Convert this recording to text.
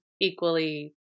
equally